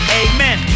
amen